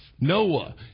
Noah